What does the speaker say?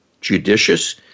judicious